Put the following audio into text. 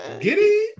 Giddy